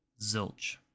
zilch